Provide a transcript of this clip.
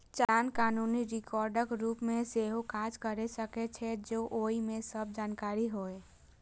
चालान कानूनी रिकॉर्डक रूप मे सेहो काज कैर सकै छै, जौं ओइ मे सब जानकारी होय